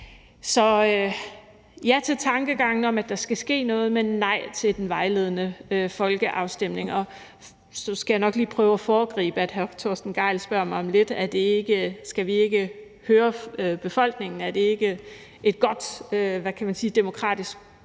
ja til tankegangen om, at der skal ske noget, men nej til den vejledende folkeafstemning. Og så skal jeg nok lige prøve at foregribe, at hr. Torsten Gejl om lidt spørger mig, om vi ikke skal høre befolkningen; om ikke det er et godt demokratisk